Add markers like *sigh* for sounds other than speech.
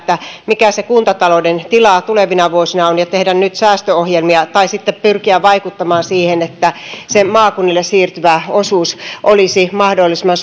mikä se kuntatalouden tila tulevina vuosina on ja tehdä nyt säästöohjelmia tai sitten pyrkiä vaikuttamaan siihen että se maakunnille siirtyvä osuus olisi mahdollisimman *unintelligible*